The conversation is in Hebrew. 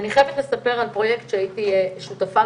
אני אומרת לה איזה מזל שזה סרטן שד,